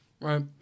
Right